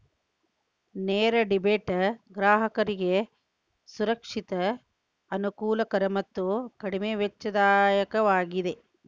ನೇರ ಡೆಬಿಟ್ ಗ್ರಾಹಕರಿಗೆ ಸುರಕ್ಷಿತ, ಅನುಕೂಲಕರ ಮತ್ತು ಕಡಿಮೆ ವೆಚ್ಚದಾಯಕವಾಗಿದೆ